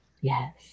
Yes